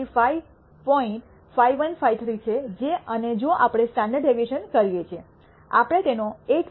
5 5132 છે અને જો આપણે સ્ટાન્ડર્ડ ડેવિએશન કરીએ છીએ આપણે તેનો 8